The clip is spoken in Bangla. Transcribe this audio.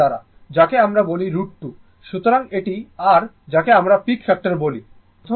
সুতরাং এটি r যাকে আমরা পিক ফ্যাক্টর বলি